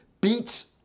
beats